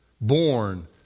born